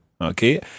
Okay